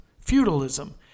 feudalism